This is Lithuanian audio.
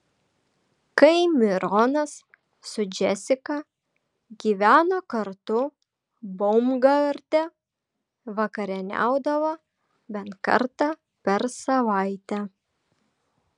kai mironas su džesika gyveno kartu baumgarte vakarieniaudavo bent kartą per savaitę